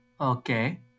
Okay